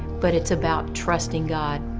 but it's about trusting god,